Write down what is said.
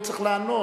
הוא צריך לענות,